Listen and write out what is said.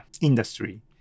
industry